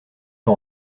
pas